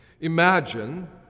imagine